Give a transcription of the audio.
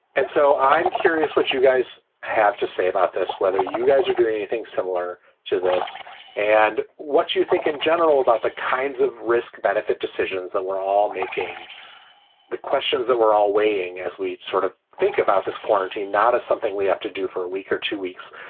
and so i'm curious what you guys have to say about this, whether you guys are doing anything similar to this and what you think in general about the kinds of risk benefit decisions that we're all making the questions that we're all weighing as we sort of think about this quarantine, not as something we have to do for a week or two weeks,